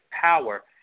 power